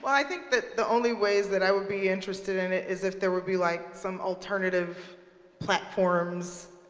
i think that the only ways that i would be interested in it is if there would be like some alternative platforms,